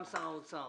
גם שר האוצר